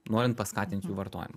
norint paskatint jų vartojimą